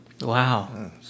Wow